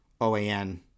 OAN